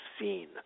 seen